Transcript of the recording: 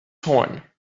torn